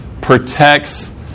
protects